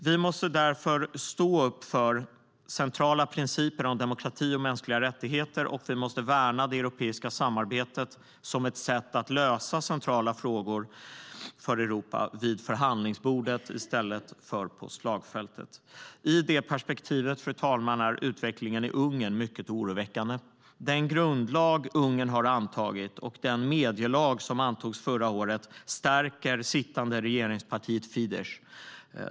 Vi måste därför stå upp för centrala principer om demokrati och mänskliga rättigheter, och vi måste värna det europeiska samarbetet som ett sätt att lösa centrala frågor för Europa vid förhandlingsbordet i stället för på slagfältet. I det perspektivet, fru talman, är utvecklingen i Ungern mycket oroväckande. Den grundlag Ungern har antagit och den medielag som antogs förra året stärker det sittande regeringspartiet Fidesz.